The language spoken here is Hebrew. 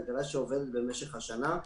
כלכלה שעובדת במשך השנה.